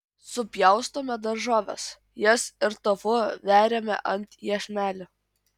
supjaustome daržoves jas ir tofu veriame ant iešmelių